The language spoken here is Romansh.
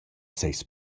seis